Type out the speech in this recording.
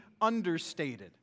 understated